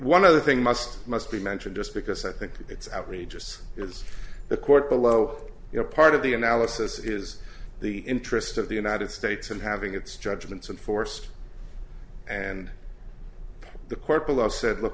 one other thing must must be mentioned just because i think it's outrageous is the court below you're part of the analysis is the interest of the united states and having its judgments in force and the court said look